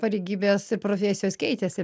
pareigybės ir profesijos keitėsi